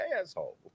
asshole